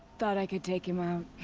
thought i could take him out.